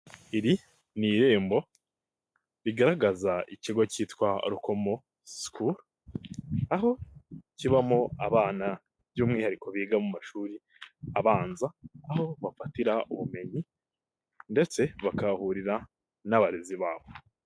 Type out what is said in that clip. Iri ni irembo bigaragaza ikigo kitwa Rukomo sukuru, aho kibamo abana by'umwihariko biga mu mashuri abanza aho bafatira ubumenyi ndetse bakahahurira n'abarezi babo.